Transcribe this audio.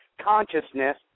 consciousness